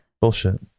Bullshit